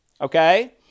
Okay